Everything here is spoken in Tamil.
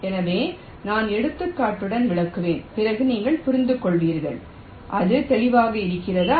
எனவே நான் எடுத்துக்காட்டுடன் விளக்குவேன் பிறகு நீங்கள் புரிந்துகொள்வீர்கள் அது தெளிவாக இருக்கிறதா